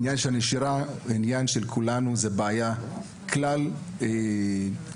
עניין הנשירה הוא של כולנו וזו בעיה כלל ציבורי.